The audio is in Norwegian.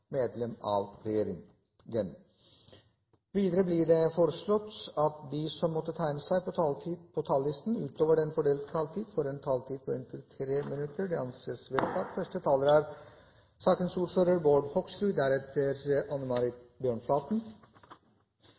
medlem av regjeringen innenfor den fordelte taletid. Videre blir det foreslått at de som måtte tegne seg på talerlisten utover den fordelte taletid, får en taletid på inntil 3 minutter. – Det anses vedtatt. Første taler er representanten Bård Hoksrud,